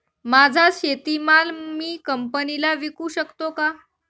माझा शेतीमाल मी कंपनीला विकू शकतो का?